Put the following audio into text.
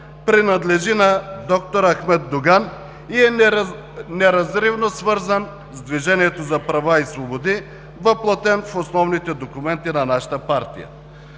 принадлежи на д-р Ахмед Доган и е неразривно свързан с „Движението за права и свободи“, въплътен в основните документи на нашата партия.